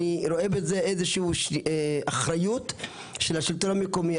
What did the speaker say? אני רואה בזה איזה שהוא אחריות של השלטון המקומי,